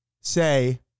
say